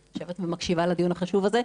אני יושבת ומקשיבה לדיון החשוב הזה.